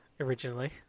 Originally